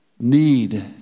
need